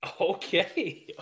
okay